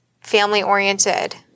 Family-oriented